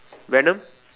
venom